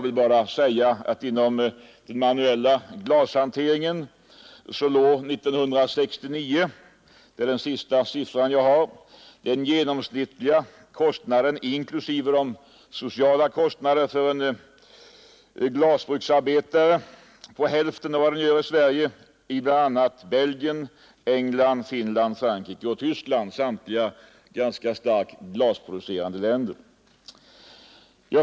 Inom den manuella glashanteringen låg år 1969 — den senaste siffra jag har — den genomsnittliga kostnaden, inklusive de sociala kostnaderna, för en glasarbetare på hälften av vad den gör i Sverige i bl.a. Belgien, England, Finland, Frankrike och Tyskland, samtliga länder med betydande glasproduktion.